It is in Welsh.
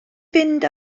fynd